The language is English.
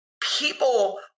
people